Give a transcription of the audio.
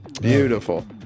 beautiful